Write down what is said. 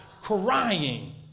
crying